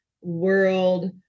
world